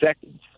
seconds